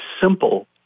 simple